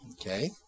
Okay